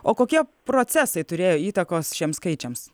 o kokie procesai turėjo įtakos šiems skaičiams